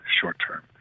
short-term